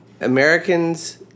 Americans